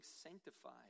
sanctified